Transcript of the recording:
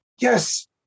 yes